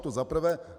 To za prvé.